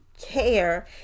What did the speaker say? care